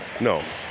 No